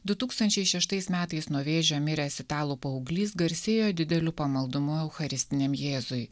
du tūkstančiai šeštais metais nuo vėžio miręs italų paauglys garsėjo dideliu pamaldumu eucharistiniam jėzui